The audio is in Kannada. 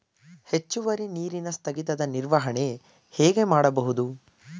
ಹೆಚ್ಚುವರಿ ನೀರಿನ ಸ್ಥಗಿತದ ನಿರ್ವಹಣೆ ಹೇಗೆ ಮಾಡಬಹುದು?